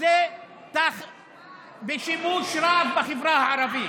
וזה בשימוש רב בחברה הערבית.